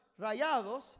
rayados